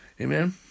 Amen